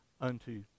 unto